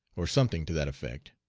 or something to that effect.